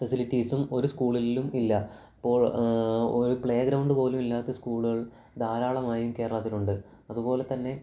ഫെസിലിറ്റിസും ഒരു സ്കൂളിലും ഇല്ല അപ്പോൾ ഒരു പ്ലേ ഗ്രൗണ്ട് പോലുമില്ലാത്ത സ്കൂളുകള് ധാരാളമായും കേരളത്തിൽ ഉണ്ട് അതുപോലെതന്നെ